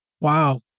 Wow